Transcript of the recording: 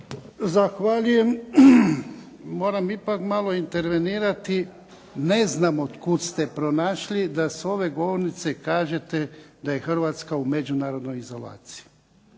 Zahvaljujem. Moram ipak malo intervenirati, ne znamo otkud ste pronašli da s ove govornice kažete da je Hrvatska u međunarodnoj izolaciji.